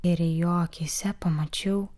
ir jo akyse pamačiau